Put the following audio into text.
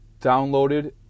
downloaded